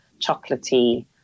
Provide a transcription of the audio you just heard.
chocolatey